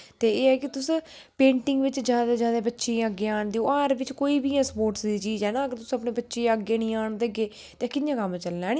ते एह् ऐ कि तुस पेटिंग बेच जादा जादा बच्चे ई अग्गे आंह्नदे ओ कोई बी ऐ स्पोर्टस दी चीज ऐ अगर तुस बच्चे ई अग्गै निं आह्नदे ते कि'यां कम्म चलना ऐनी